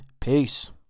peace